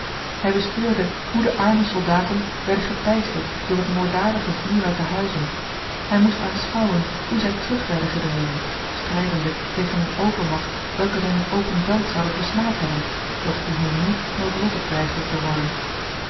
hij bespeurde hoe de arme soldaten werden geteisterd door het moorddadige vuur uit de huizen hij moest aanschouwen hoe zij terug werden gedreven strijdende tegen eene overmagt welke zij in het open veld zouden versmaad hebben doch die hun nu noodlottig dreigde te worden